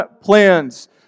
plans